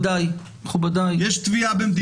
יש תביעה במדינת ישראל.